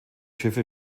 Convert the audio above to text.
schiffe